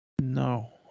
No